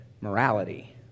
morality